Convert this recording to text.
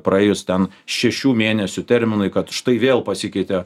praėjus ten šešių mėnesių terminui kad štai vėl pasikeitė